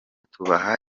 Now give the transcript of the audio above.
tubaha